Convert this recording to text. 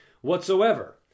whatsoever